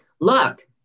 look